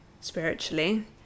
spiritually